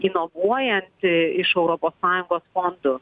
inovuojant iš europos sąjungos fondų